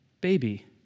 baby